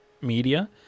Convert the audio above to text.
media